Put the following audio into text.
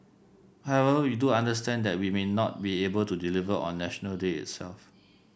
however we do understand that we may not be able to deliver on National Day itself